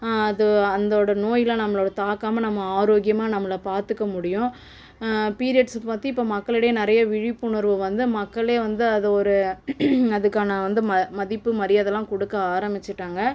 அது அதோட நோய்லாம் நம்மளை தாக்காமல் நம்ம ஆரோக்கியமாக நம்மளை பார்த்துக்க முடியும் பீரியட்ஸு பற்றி இப்போது மக்களிடையே நிறையே விழிப்புணர்வு வந்து மக்களே வந்து அதை ஒரு அதுக்கான வந்து ம மதிப்பு மரியாதைலாம் கொடுக்க ஆரமிச்சுட்டாங்க